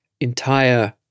entire